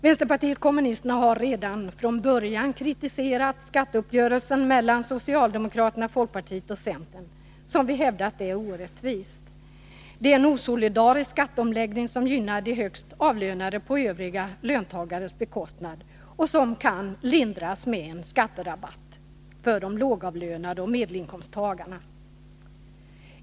Vänsterpartiet kommunisterna har redan från början kritiserat skatteuppgörelsen mellan socialdemokraterna, folkpartiet och centern och hävdat att den är orättvis. Det är en osolidarisk skatteomläggning, som gynnar de högst avlönade på övriga löntagares bekostnad. Orättvisorna kan minskas med en skatterabatt för de lågavlönade och medelinkomsttagarna.